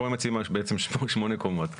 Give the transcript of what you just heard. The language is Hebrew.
פה הם מציעים בעצם שמונה קומות.